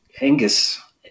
angus